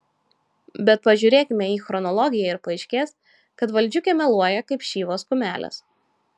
bet pažiūrėkime į chronologiją ir paaiškės kad valdžiukė meluoja kaip šyvos kumelės